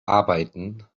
arbeiten